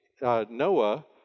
Noah